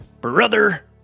brother